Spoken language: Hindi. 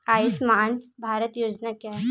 आयुष्मान भारत योजना क्या है?